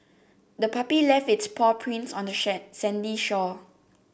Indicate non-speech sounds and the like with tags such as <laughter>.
the puppy left its paw prints on the <unintelligible> sandy shore